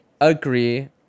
agree